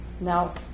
now